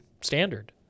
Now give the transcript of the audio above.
standard